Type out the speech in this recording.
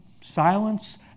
silence